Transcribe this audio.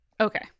Okay